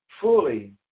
Fully